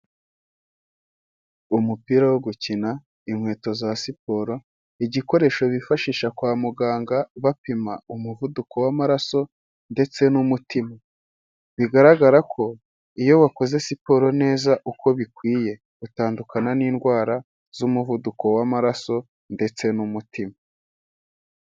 Umupira wo gukina, inkweto za siporo, igikoresho bifashisha kwa muganga bapima umuvuduko w'amaraso ndetse n'umutima, bigaragara ko iyo bakoze siporo neza uko bikwiye utandukana n'indwara z'umuvuduko w'amaraso ndetse n'umutima.